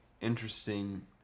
interesting